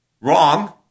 wrong